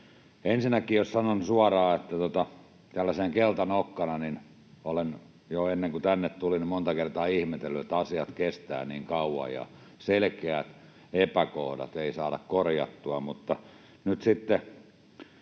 Ensinnäkin, jos sanon suoraan, niin olen tällaisena keltanokkana, ja jo ennen kuin tänne tulin, monta kertaa ihmetellyt, että asiat kestävät niin kauan ja selkeitä epäkohtia ei saada korjattua.